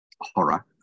horror